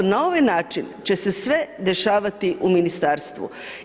Na ovaj način će se sve dešavati u ministarstvu.